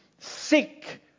Sick